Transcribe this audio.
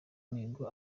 mihigo